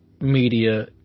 media